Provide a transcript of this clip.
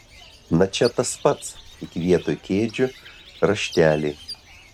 na čia tas pats tik vietoj kėdžių rašteliai